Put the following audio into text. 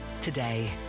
today